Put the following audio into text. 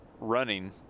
running